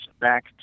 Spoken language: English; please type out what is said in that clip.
back